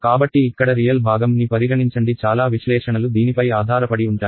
కాబట్టి ఇక్కడ రియల్ భాగం ని పరిగణించండి చాలా విశ్లేషణలు దీనిపై ఆధారపడి ఉంటాయి